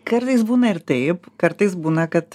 kartais būna ir taip kartais būna kad